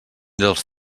dels